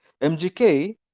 MGK